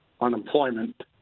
unemployment